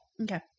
Okay